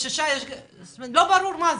לא ברור.